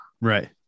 Right